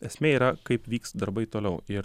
esmė yra kaip vyks darbai toliau ir